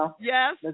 Yes